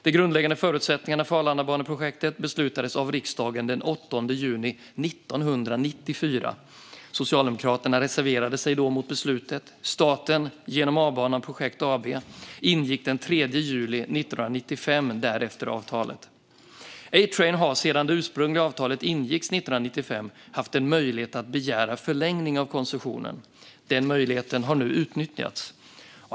De grundläggande förutsättningarna för Arlandabaneprojektet beslutades av riksdagen den 8 juni 1994. Socialdemokraterna reserverade sig då mot beslutet. Staten genom A-Banan Projekt AB ingick därefter avtalet den 3 juli 1995. A-Train har sedan det ursprungliga avtalet ingicks 1995 haft en möjlighet att begära förlängning av koncessionen. Den möjligheten har nu utnyttjats.